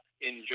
enjoy